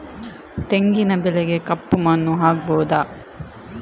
ತೆಂಗಿನ ಬೆಳೆಗೆ ಕಪ್ಪು ಮಣ್ಣು ಆಗ್ಬಹುದಾ?